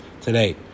today